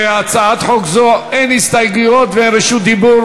להצעת חוק זו אין הסתייגויות ואין רשות דיבור,